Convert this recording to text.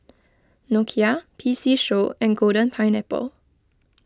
Nokia P C Show and Golden Pineapple